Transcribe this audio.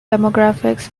demographics